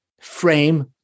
frame